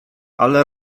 ale